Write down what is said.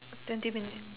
twenty minutes